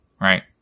Right